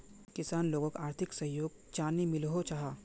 किसान लोगोक आर्थिक सहयोग चाँ नी मिलोहो जाहा?